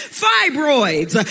fibroids